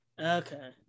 Okay